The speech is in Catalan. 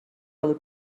del